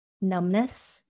numbness